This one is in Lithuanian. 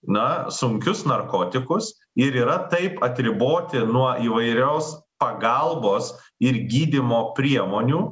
na sunkius narkotikus ir yra taip atriboti nuo įvairios pagalbos ir gydymo priemonių